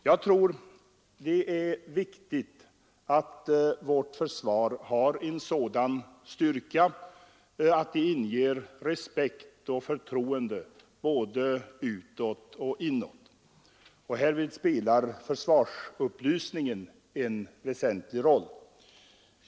Jag tror det är viktigt att vårt försvar har en sådan styrka att det inger respekt och förtroende både utåt och inåt. Härvid spelar försvarsupplysningen en väsentlig roll.